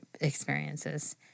experiences